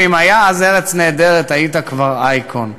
ואם היה אז "ארץ נהדרת" היית כבר אייקון.